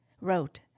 wrote